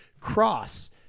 cross